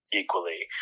equally